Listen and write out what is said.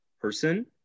person